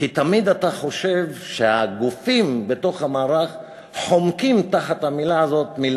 כי תמיד אתה חושב שתחת המילה הזאת הגופים